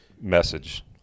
message